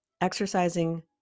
exercising